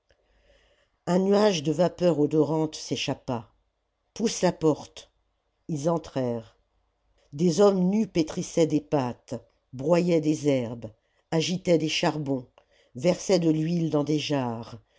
un nuage de vapeur odorante s'échappa pousse la porte ils entrèrent des hommes nus pétrissaient des pâtes broyaient des herbes agitaient des charbons versaient de l'huile dans des jarres